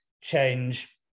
change